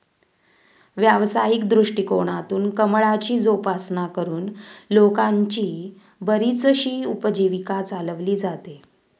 व्यावसायिक दृष्टिकोनातून कमळाची जोपासना करून लोकांची बरीचशी उपजीविका चालवली जाते